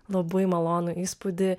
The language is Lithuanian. labai malonų įspūdį